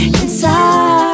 inside